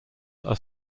are